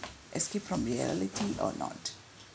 escape from reality or not